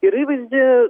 ir įvaizdį